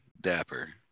Dapper